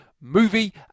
movie